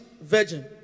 virgin